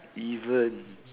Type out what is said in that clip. even